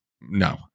No